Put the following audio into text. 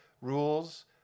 rules